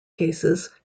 cases